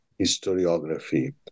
historiography